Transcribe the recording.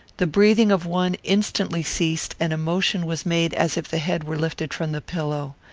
the breathing of one instantly ceased, and a motion was made as if the head were lifted from the pillow.